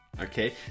Okay